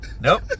Nope